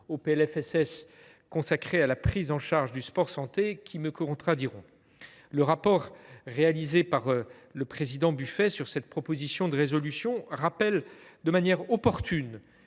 (PLFSS) visant à la prise en charge du « sport santé », qui me contrediront. Le rapport réalisé par François Noël Buffet sur cette proposition de résolution rappelle, de manière opportune,